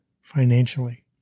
financially